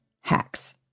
hacks